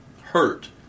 hurt